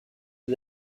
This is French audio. des